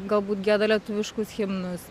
galbūt gieda lietuviškus himnus